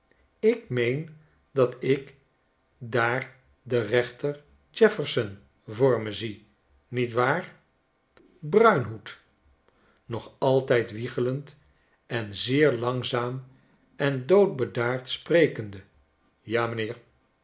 ik meen datik daar den reenter jefferson voor me zie niet waar bruinhoed nog altyd wiegelend en zeer langzaam en doodbedaard sprekende ja m'nheer